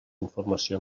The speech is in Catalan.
informació